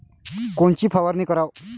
कोनची फवारणी कराव?